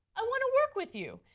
i want to work with you.